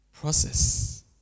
process